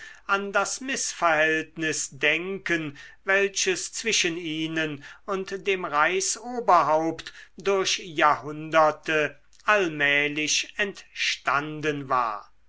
an das mißverhältnis denken welches zwischen ihnen und dem reichsoberhaupt durch jahrhunderte allmählich entstanden war